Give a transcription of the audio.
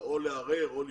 או לערער או לפנות.